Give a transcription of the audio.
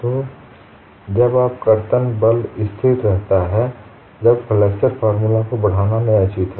तो जब आप कर्तन बल स्थिर रहता है तब फ्लेक्सचर फॉर्मूला को बढ़ाना न्यायोचित हैं